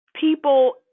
people –